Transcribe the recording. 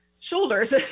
shoulders